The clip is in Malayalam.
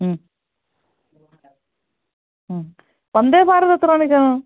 മ്മ് മ്മ് വന്ദേഭാരത് എത്ര മണിക്കാ